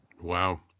Wow